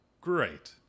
Great